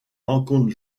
rencontre